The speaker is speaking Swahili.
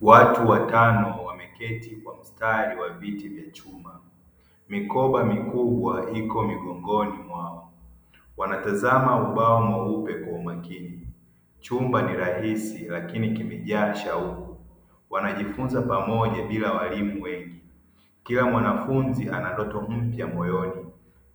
Watu watano wameketi kwa mstari wa viti vya chuma mikoba mikubwa iko migongoni mwao wanatazama ubao mweupe kwa umakini, chumba ni rahisi lakini kimejaa shauku wanajifunza pamoja na walimu wengi. Kila mwanafunzi anandoto mpya moyoni